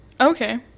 Okay